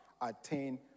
attain